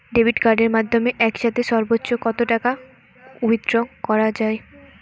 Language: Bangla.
ডেবিট কার্ডের মাধ্যমে একসাথে সর্ব্বোচ্চ কত টাকা উইথড্র করা য়ায়?